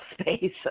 space